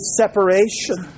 separation